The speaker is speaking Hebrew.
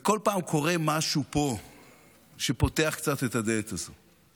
ובכל פעם קורה משהו פה שפותח קצת את הדלת הזאת.